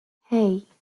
hey